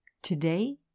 Today